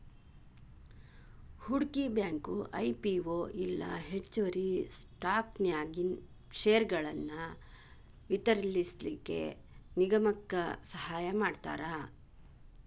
ಹೂಡ್ಕಿ bank IPO ಇಲ್ಲಾ ಹೆಚ್ಚುವರಿ ಸ್ಟಾಕನ್ಯಾಗಿನ್ ಷೇರ್ಗಳನ್ನ ವಿತರಿಸ್ಲಿಕ್ಕೆ ನಿಗಮಕ್ಕ ಸಹಾಯಮಾಡ್ತಾರ